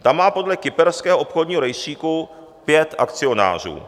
Ta má podle kyperského obchodního rejstříku pět akcionářů.